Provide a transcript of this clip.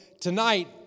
tonight